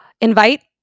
Invite